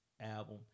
album